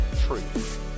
truth